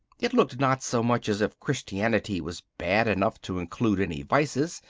it looked not so much as if christianity was bad enough to include any vices,